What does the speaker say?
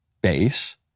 base